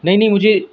نہیں نہیں مجھے